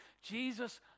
Jesus